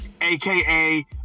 aka